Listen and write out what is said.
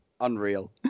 unreal